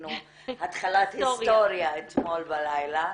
שעשינו התחלת היסטוריה אתמול בלילה.